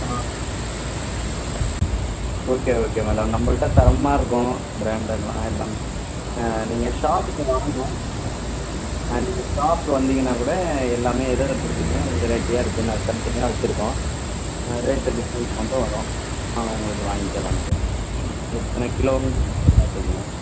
ஆ okay okay madam நம்மள்ட்ட தரமாக இருக்கும் ப்ராண்டட்டெல்லாம் எல்லாமே ஆ நீங்கள் ஷாப்புக்கு வாங்க ஆ நீங்கள் ஷாப்புக்கு வந்தீங்கன்னால் கூட எல்லாமே எதெதை பிடிச்சிருக்கோ வெரைட்டியாக இருக்குது நாங்கள் தனித்தனியாக வச்சுருக்கோம் ரேட்டு டிஃப்ரெண்ட்ஸ் மட்டும் வரும் உங்களுக்கு வாங்கிக்கலாம் நிறையா எத்தனை கிலோன்னு மட்டும் பார்த்துக்குங்க